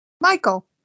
Michael